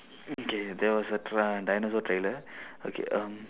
okay there was a tra~ dinosaur trailer okay um